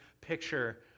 picture